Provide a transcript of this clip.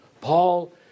Paul